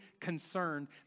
concerned